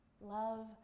Love